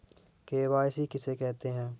KYC किसे कहते हैं?